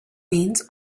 means